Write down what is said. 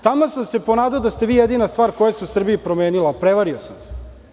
Taman sam se ponadao da ste vi jedina stvar koja se u Srbiji promenila – prevario sam se.